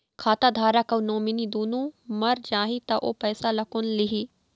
खाता धारक अऊ नोमिनि दुनों मर जाही ता ओ पैसा ला कोन लिही?